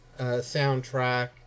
soundtrack